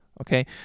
okay